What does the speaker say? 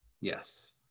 Yes